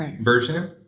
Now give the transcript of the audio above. version